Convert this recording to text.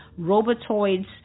robotoids